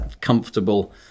comfortable